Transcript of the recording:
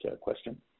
question